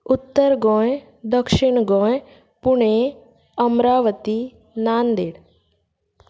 उत्तर गोंय दक्षीण गोंय पुणे अम्रावती नांदेड